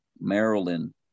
Maryland